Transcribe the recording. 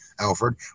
Alfred